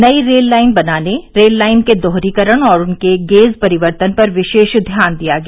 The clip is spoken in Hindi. नई रेल लाइन बनाने रेल लाइन के दोहरीकरण और उनके गेज परिवर्तन पर विशेष ध्यान दिया गया